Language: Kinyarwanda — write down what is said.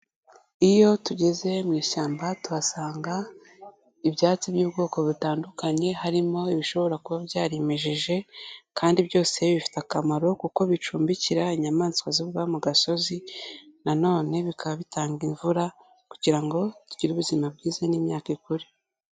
Iyo tugeze mu ishyamba tuhasanga ibyatsi by'ubwoko butandukanye, harimo ibishobora kuba byarimejeje, kandi byose bifite akamaro kuko bicumbikira inyamaswa zo mu gasozi, nanone bikaba bitanga imvura kugira ngo tugire ubuzima bwiza n'imyaka ikure.